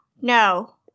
no